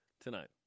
tonight